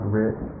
rich